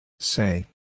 Say